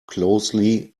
closely